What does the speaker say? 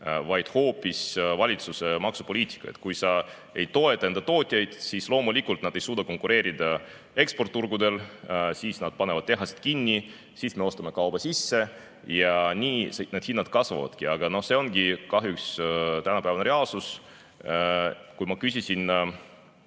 vaid hoopis valitsuse maksupoliitika. Kui sa ei toeta [kohalikke] tootjaid, siis loomulikult nad ei suuda konkureerida eksporditurgudel. Nad panevad tehased kinni, meie ostame kauba sisse ja nii need hinnad kasvavadki. Aga see ongi kahjuks tänapäevane reaalsus. Kui ma küsisin